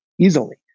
easily